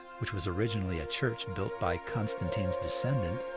which was originally a church built by constantine's descendant,